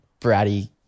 bratty